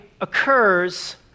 occurs